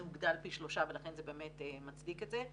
זה הוגדל פי שלושה ולכן זה באמת מצדיק את זה.